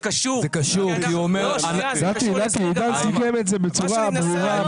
נתי, עידן סיכם את זה בצורה ברורה.